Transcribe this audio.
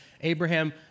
Abraham